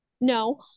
no